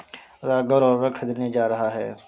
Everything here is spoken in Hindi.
राघव उर्वरक खरीदने जा रहा है